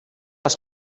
les